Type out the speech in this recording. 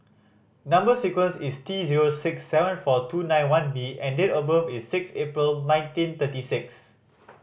number sequence is T zero six seven four two nine one B and date of birth is six April nineteen thirty six